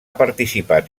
participat